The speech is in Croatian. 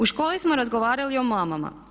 U školi smo razgovarali o mamama.